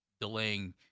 delaying